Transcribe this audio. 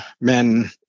men